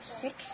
Six